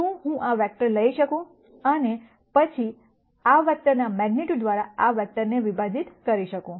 શું હું આ વેક્ટર લઈ શકું અને પછી આ વેક્ટરના મેગ્નીટ્યૂડ દ્વારા આ વેક્ટરને વિભાજીત કરી શકું